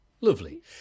Lovely